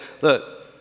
look